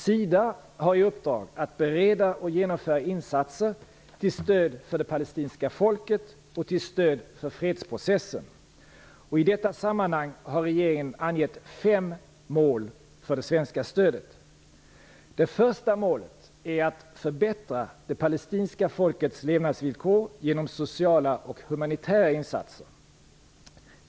SIDA har i uppdrag att bereda och genomföra insatser till stöd för det palestinska folket och till stöd för fredsprocessen. I detta sammanhang har regeringen angett fem mål för det svenska stödet. Det första målet är att förbättra det palestinska folkets levnadsvillkor genom sociala och humanitära insatser.